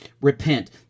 repent